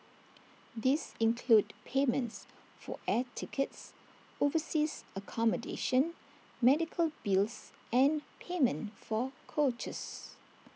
these include payments for air tickets overseas accommodation medical bills and payment for coaches